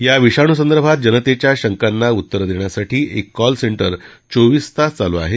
या विषाणूसंदर्भात जनतेच्या शंकांना उत्तर देण्यासाठी एक कॉल सेंटर चोवीस तास चालू आहे